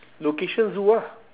location zoo ah